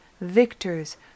victors